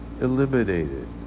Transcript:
eliminated